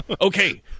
Okay